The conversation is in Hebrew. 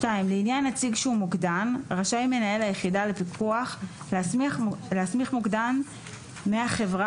לעניין נציג שהוא מוקדן ראשי מנהל היחידה לפיקוח להסמיך מוקדן מהחברה